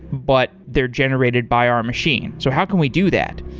but they're generated by our machine. so how can we do that?